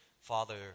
Father